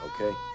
okay